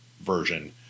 version